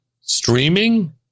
streaming